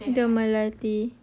dah melati